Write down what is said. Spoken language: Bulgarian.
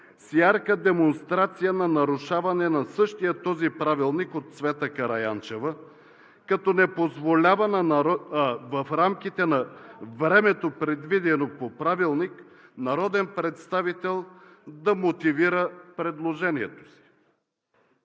с ярка демонстрация на нарушаване на същия този правилник от Цвета Караянчева, като не позволява в рамките на времето, предвидено по Правилник, народен представител да мотивира предложението си.